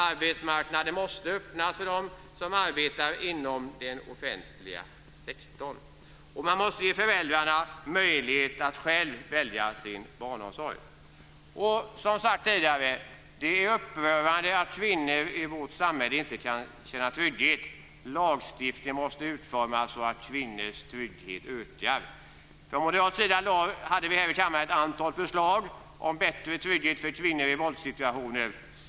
Arbetsmarknaden måste öppnas för dem som arbetar inom den offentliga sektorn. Man måste ge föräldrarna möjlighet att själva välja sin barnomsorg. Som jag sade tidigare: Det är upprörande att kvinnor i vårt samhälle inte kan känna trygghet. Lagstiftningen måste utformas så att kvinnors trygghet ökar. Från moderat sida lade vi här i kammaren fram ett antal förslag om bättre trygghet för kvinnor i våldssituationer.